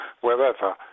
wherever